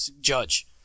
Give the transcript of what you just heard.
Judge